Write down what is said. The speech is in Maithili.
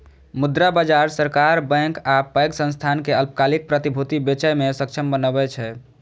मुद्रा बाजार सरकार, बैंक आ पैघ संस्थान कें अल्पकालिक प्रतिभूति बेचय मे सक्षम बनबै छै